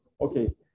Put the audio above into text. okay